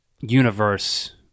universe